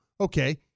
Okay